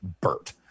BERT